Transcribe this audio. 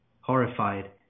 Horrified